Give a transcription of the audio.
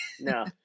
No